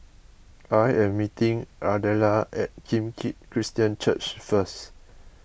I am meeting Ardella at Kim Keat Christian Church first